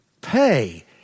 pay